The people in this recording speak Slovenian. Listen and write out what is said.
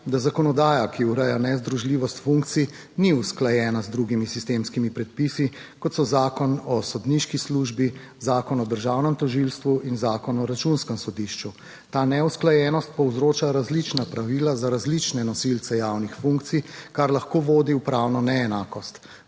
da zakonodaja, ki ureja nezdružljivost funkcij, ni usklajena z drugimi sistemskimi predpisi, kot so Zakon o sodniški službi, Zakon o državnem tožilstvu in Zakon o računskem sodišču. Ta neusklajenost povzroča različna pravila za različne nosilce javnih funkcij, kar lahko vodi v pravno neenakost.